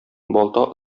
балта